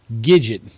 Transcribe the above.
Gidget